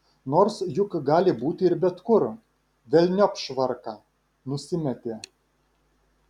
nors juk gali būti ir bet kur velniop švarką nusimetė